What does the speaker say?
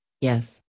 Yes